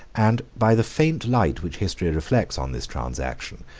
and by the faint light which history reflects on this transaction,